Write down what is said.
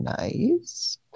nice